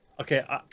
Okay